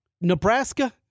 Nebraska